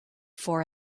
for